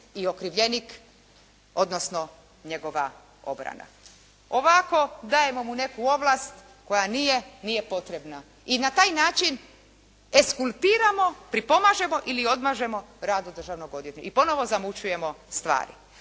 i okrivljenik, odnosno njegova obrana. Ovako dajemo mu neku ovlast koja nije potrebna i na taj način eskulpiramo, pripomažemo ili odmažemo radu državnog odvjetnika i ponovo zamućujemo stvari.